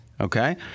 Okay